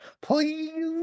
please